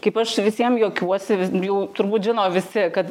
kaip aš visiem juokiuosi vi jau turbūt žino visi kad